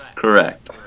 Correct